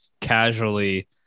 casually